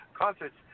concerts